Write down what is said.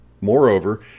Moreover